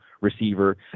receiver